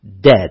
Dead